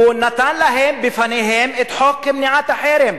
הוא נתן בפניהם את חוק מניעת החרם.